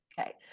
Okay